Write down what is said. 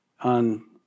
on